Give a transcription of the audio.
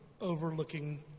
overlooking